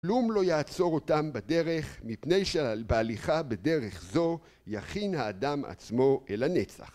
כלום לא יעצור אותם בדרך, מפני שבהליכה בדרך זו יכין האדם עצמו אל הנצח.